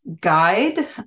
guide